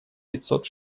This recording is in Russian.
пятьсот